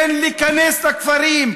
כן להיכנס לכפרים.